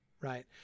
Right